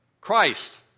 Christ